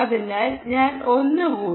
അതിനാൽ ഞാൻ ഒന്നു കൂടി